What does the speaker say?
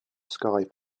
sky